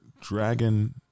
Dragon